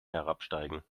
herabsteigen